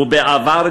ובעבר,